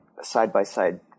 side-by-side